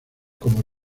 como